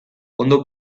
ondo